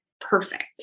perfect